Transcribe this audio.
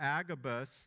Agabus